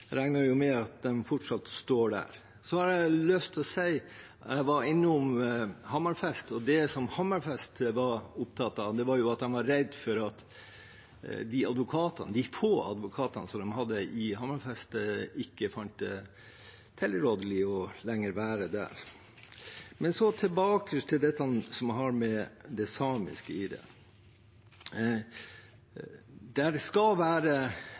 med at de fortsatt står der. Så har jeg lyst til å si at jeg var innom Hammerfest, og det Hammerfest var opptatt av, var at de var redd for at de advokatene – de få advokatene – de har i Hammerfest, ikke fant det tilrådelig å være der lenger. Men tilbake til dette som har med det samiske i det å gjøre: Det skal være